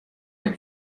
این